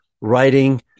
writing